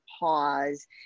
pause